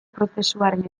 prozesuaren